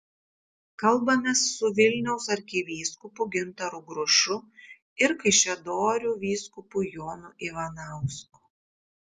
kalbamės su vilniaus arkivyskupu gintaru grušu ir kaišiadorių vyskupu jonu ivanausku